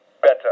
better